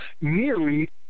nearly